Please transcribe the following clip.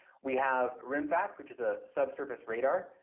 we have rimfax which is a subsurface radar,